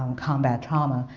um combat trauma,